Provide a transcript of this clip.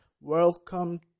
welcome